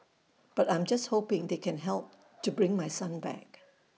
but I'm just hoping they can help to bring my son back